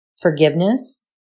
forgiveness